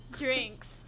drinks